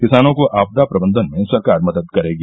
किसानों को आपदा प्रबंधन में सरकार मदद करेगी